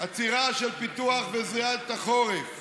עצירה של פיתוח וזריעת החורף,